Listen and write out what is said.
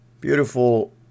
beautiful